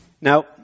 Now